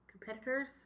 competitors